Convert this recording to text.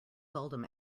seldom